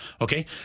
Okay